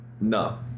No